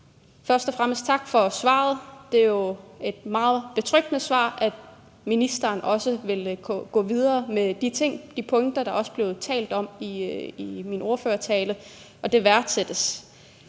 Først og fremmest tak for svaret. Det er jo et meget betryggende svar, at ministeren også vil gå videre med de ting, de punkter, der blev talt om i min ordførertale, og at det værdsættes